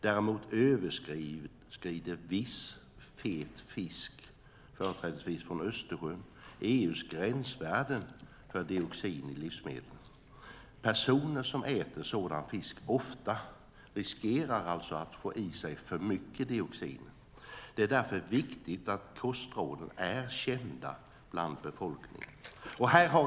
Däremot överskrider viss fet fisk, företrädesvis från Östersjön, EU:s gränsvärden för dioxin i livsmedel. Personer som äter sådan fisk ofta riskerar alltså att få i sig för mycket dioxin. Det är därför viktigt att kostråden är kända bland befolkningen.